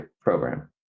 program